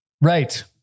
Right